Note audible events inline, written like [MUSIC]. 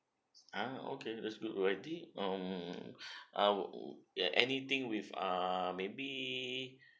ah okay that's good already [BREATH] uh anything with err maybe